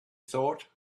thought